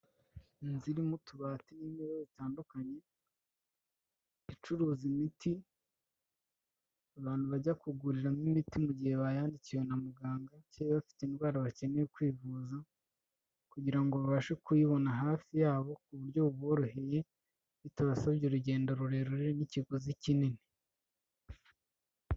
Inzu irimo utubati n'intebe bitandukanye icuruza imiti, abantu bajya kuguriramo imiti mu gihe bayandikiwe na muganga cyangwa bafite indwara bakeneye kwivuza kugira ngo babashe kuyibona hafi yabo ku buryo buboroheye bitabasabye urugendo rurerure n'ikiguzi kinini.